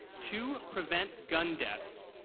to prevent gun deaths,